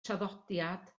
traddodiad